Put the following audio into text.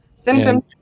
Symptoms